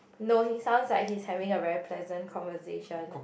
no he sounds like he's having a very pleasant conversation